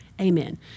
Amen